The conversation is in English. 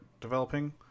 developing